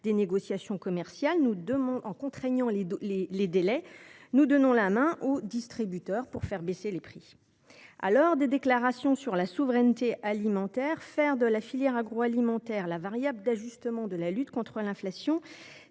des négociations commerciales, en contraignant les délais, nous donnons la main aux distributeurs pour faire baisser les prix. Eh oui ! À l’heure des déclarations sur la souveraineté alimentaire, faire de la filière agroalimentaire la variable d’ajustement de la lutte contre l’inflation,